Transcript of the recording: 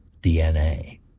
DNA